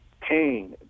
pain